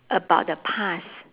about the past